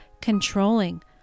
controlling